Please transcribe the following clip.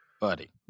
Buddy